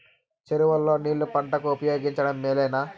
చెరువు లో నీళ్లు పంటలకు ఉపయోగించడం మేలేనా?